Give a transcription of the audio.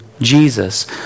Jesus